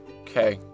Okay